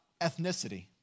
ethnicity